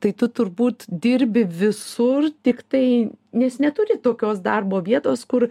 tai tu turbūt dirbi visur tiktai nes neturi tokios darbo vietos kur